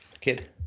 kid